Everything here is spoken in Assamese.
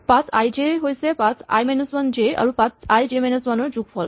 পাথছআই জে হৈছে পাথছআই ৱান জে আৰু পাথছআই জে ৱান ৰ যোগফল